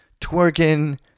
twerking